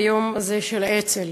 ביום הזה של האצ"ל.